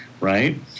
right